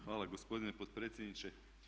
Hvala gospodine potpredsjedniče.